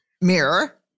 Mirror